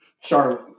Charlotte